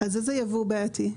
אז איזה ייבוא הוא בעייתי?